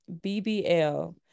BBL